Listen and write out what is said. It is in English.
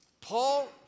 Paul